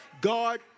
God